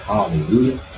Hallelujah